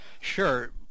Sure